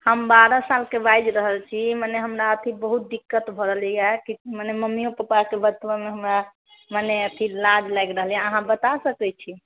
हम बारहसालके बाजि रहल छी कि मने हमरा अथि बहुत दिक्कत भऽ रहले है मतलब मम्मियो पप्पाके बतबै मे हमरा मने अथि लाज लागि रहल अछि अहाँ बताय सकै छी